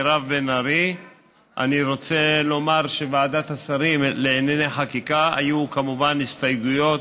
אני רוצה לומר שבוועדת השרים לענייני חקיקה היו כמובן הסתייגויות,